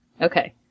Okay